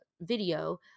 video